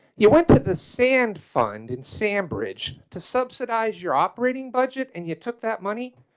you went to the sand fund in san bridge to subsidize your operating budget and you took that money.